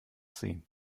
sehen